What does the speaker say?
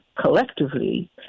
collectively